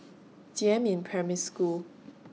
Jiemin Primary School